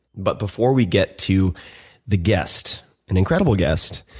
but before we get to the guest, an incredible guest,